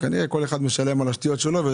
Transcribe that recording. כנראה כל אחד משלם על השטויות שלו.